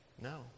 No